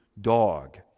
dog